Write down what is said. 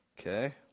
Okay